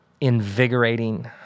invigorating